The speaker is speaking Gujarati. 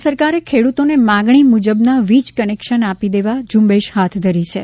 રાજ્ય સરકારે ખેડૂતોને માંગણી મુજબના વીજ કનેક્શન આપી દેવા ઝૂંબેશ હાથ ધરી છે